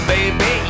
Baby